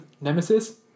Nemesis